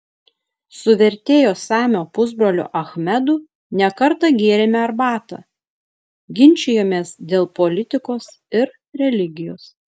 su vertėjo samio pusbroliu achmedu ne kartą gėrėme arbatą ginčijomės dėl politikos ir religijos